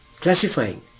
classifying